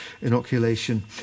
inoculation